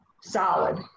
solid